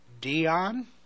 Dion